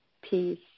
peace